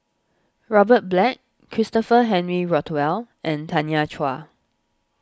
Robert Black Christopher Henry Rothwell and Tanya Chua